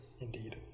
Indeed